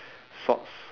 salts